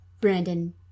Brandon